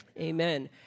amen